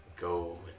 Go